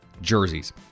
jerseys